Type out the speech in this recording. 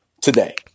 today